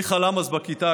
מי חלם אז בכיתה,